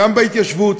גם בהתיישבות,